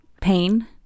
pain